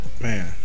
Man